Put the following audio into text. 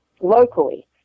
locally